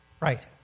Right